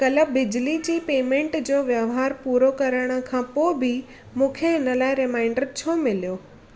कल्ह बिजली जी पेमेंट जो वहिंवार पूरो करण खां पोइ बि मूंखे हिन लाइ रिमाइंडर छो मिलियो